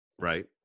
Right